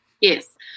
Yes